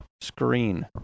screen